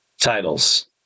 titles